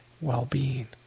well-being